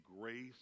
grace